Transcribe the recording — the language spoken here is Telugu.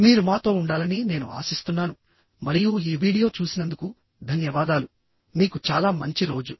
మీరు మాతో ఉండాలని నేను ఆశిస్తున్నాను మరియు ఈ వీడియో చూసినందుకు ధన్యవాదాలు మీకు చాలా మంచి రోజు